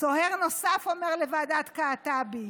סוהר נוסף אומר לוועדת קעטבי: